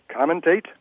commentate